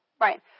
Right